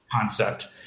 concept